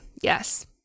yes